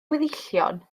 weddillion